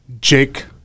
Jake